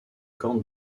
corne